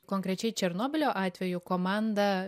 konkrečiai černobylio atveju komanda